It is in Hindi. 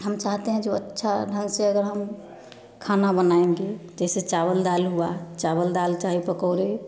हम चाहते हैं जो अच्छा ढंग से अगर हम खाना बनाएँगे जैसे चावल दाल हुआ चावल दाल चाहे पकौड़े